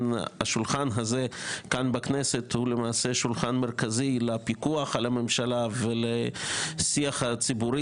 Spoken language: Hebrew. השולחן הזה הוא מרכזי לצורך פיקוח על הממשלה ולשיח ציבורי